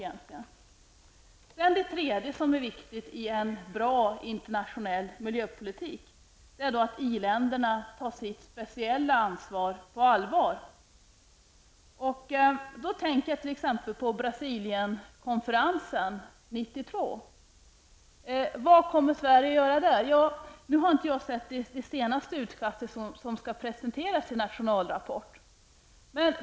Vidare tycker vi det är viktigt för en bra internationell miljöpolitik att i-länderna tar sitt speciella ansvar på allvar. Då tänker jag exempelvis på Brasilienkonferensen 1992. Vad kommer Sverige att göra där? Nu har jag inte sett det senaste utkast som skall presenteras i nationalrapporten.